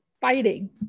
fighting